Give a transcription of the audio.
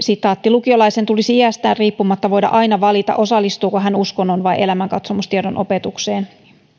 lukiolaisen tulisi iästään riippumatta voida aina valita osallistuuko hän uskonnon vai elämänkatsomustiedon opetukseen